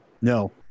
No